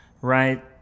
right